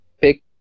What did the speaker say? pick